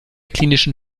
klinischen